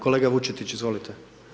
Kolega Vučetić, izvolite.